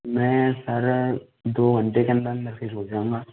मैं सर दो घंटे के अंदर अंदर फ्री हो जाऊंगा